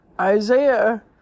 Isaiah